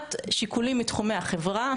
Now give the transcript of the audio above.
הטמעת שיקולים מתחומי החברה,